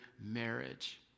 marriage